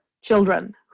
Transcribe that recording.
children